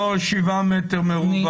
לא 7 מ"ר?